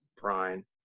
brian